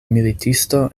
militisto